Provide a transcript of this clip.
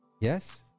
yes